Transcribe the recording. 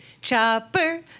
Chopper